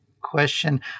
question